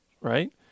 right